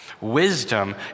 Wisdom